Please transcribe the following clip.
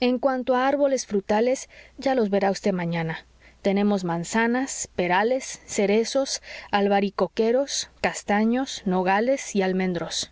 en cuanto a árboles frutales ya los verá vd mañana tenemos manzanas perales cerezos albaricoqueros castaños nogales y almendros